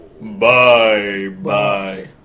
Bye-bye